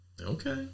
Okay